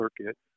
Circuit